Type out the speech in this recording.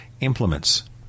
implements